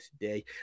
today